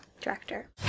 director